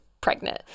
pregnant